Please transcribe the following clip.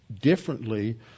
differently